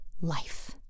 life